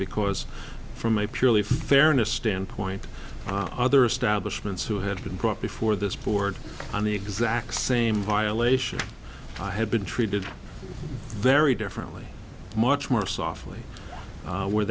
because from a purely fairness standpoint other establishment who had been brought before this board on the exact same violation i had been treated very differently much more softly where